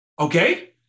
Okay